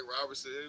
Robertson